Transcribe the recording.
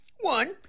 One